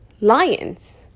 lions